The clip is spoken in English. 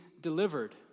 delivered